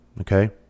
Okay